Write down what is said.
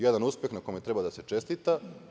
Jedan uspeh na kome treba da se čestita.